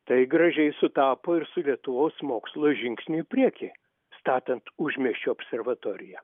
tai gražiai sutapo ir su lietuvos mokslo žingsniu į priekį statant užmiesčio observatoriją